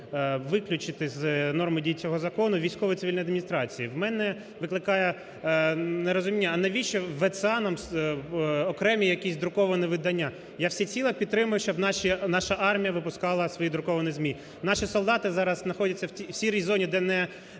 виключити з норми дій цього закону військові цивільні адміністрації. У мене викликає нерозуміння, а навіщо ВЦА нам окремі якісь друковані видання? Я всеціло підтримую, щоб наша армія випускала свої друковані ЗМІ. Наші солдати зараз знаходяться в "сірій зоні", де, на